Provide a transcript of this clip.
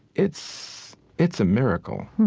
it's it's a miracle.